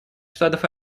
штатов